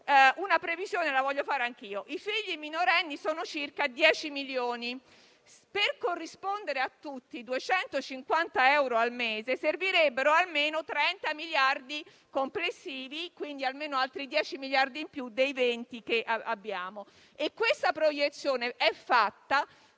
una previsione. I figli minorenni sono circa 10 milioni; per corrispondere a tutti 250 euro al mese servirebbero almeno 30 miliardi complessivi, quindi almeno altri 10 miliardi in più dei 20 che abbiamo, e questa proiezione è fatta